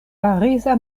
pariza